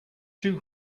too